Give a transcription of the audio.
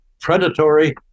predatory